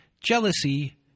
jealousy